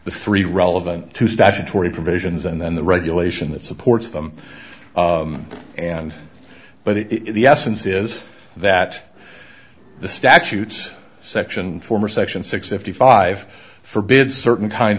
the three relevant to statutory provisions and then the regulation that supports them and but it is the essence is that the statutes section former section six fifty five forbids certain kinds